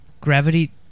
Gravity